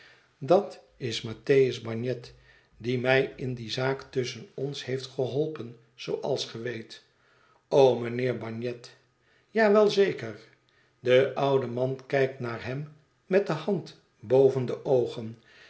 dat is mattheus bagnet die mij in die zaak tusschen ons heeft geholpen zooals ge weet o mijnheer bagnet ja wel zeker de oude man kijkt naar hem met de hand boven de oogen